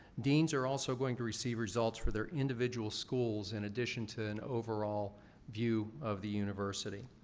deans are also going to receive results for their individual schools in addition to an overall view of the university.